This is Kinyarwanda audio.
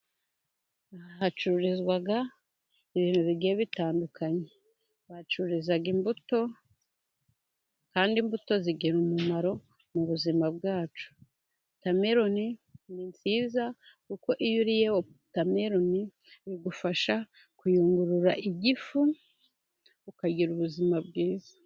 Hacururizwa ibintu bigiye bitandukanye, bacuruza imbuto kandi imbuto zigira umumaro mu buzima bwacu. Wotameroni ni nziza kuko iyo uriye wotameroni bigufasha kuyungurura igifu, ukagira ubuzima bwiza.